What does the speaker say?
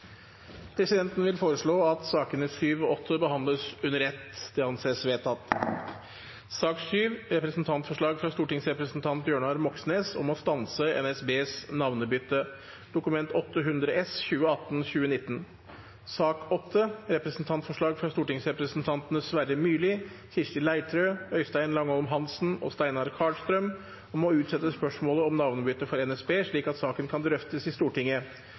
Presidenten vil foreslå at forslaget fremsatt av representantene Sverre Myrli, Kirsti Leirtrø, Øystein Langholm Hansen og Steinar Karlstrøm i Dokument 8:101 S for 2018–2019, om å utsette spørsmålet om navnebytte for NSB slik at saken kan drøftes i Stortinget